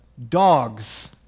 dogs